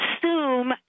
assume